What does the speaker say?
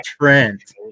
Trent